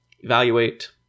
evaluate